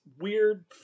weird